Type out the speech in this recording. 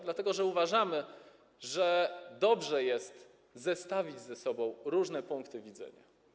Dlatego że uważamy, że dobrze jest zestawiać ze sobą różne punkty widzenia.